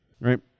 right